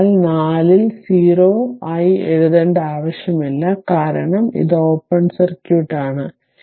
അതിനാൽ 4 ൽ 0 ആയി എഴുതേണ്ട ആവശ്യമില്ല കാരണം ഇത് ഓപ്പൺ സർക്യൂട്ട് ആണ്